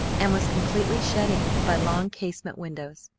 and was completely shut in by long casement windows.